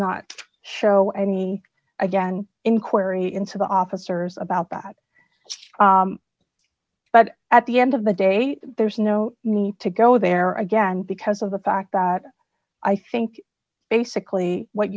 not show any again inquiry into the officers about that but at the end of the day there's no need to go there again because of the fact that i think basically what